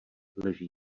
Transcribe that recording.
leží